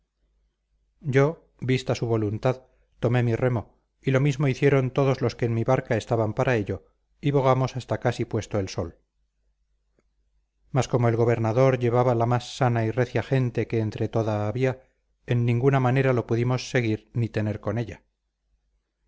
yo vista su voluntad tomé mi remo y lo mismo hicieron todos los que en mi barca estaban para ello y bogamos hasta casi puesto el sol mas como el gobernador llevaba la más sana y recia gente que entre toda había en ninguna manera lo pudimos seguir ni tener con ella